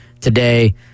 today